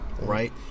right